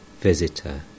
Visitor